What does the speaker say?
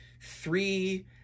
three